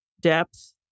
depth